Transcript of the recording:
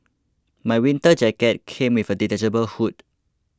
my winter jacket came with a detachable hood